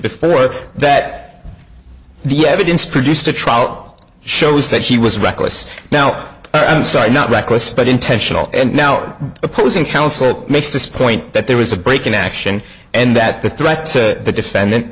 were that the evidence produced a trial shows that he was reckless now inside not reckless but intentional and now or opposing counsel makes this point that there was a break in action and that the threat to the defendant